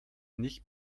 nicht